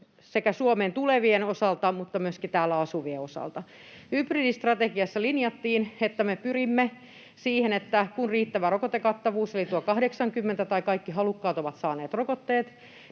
sekä Suomeen tulevien osalta että myöskin täällä asuvien osalta. Hybridistrategiassa linjattiin, että me pyrimme siihen, että kun on riittävä rokotekattavuus, eli tuo 80, tai kun kaikki halukkaat ovat saaneet rokotteet,